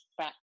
fat